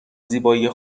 زیبایی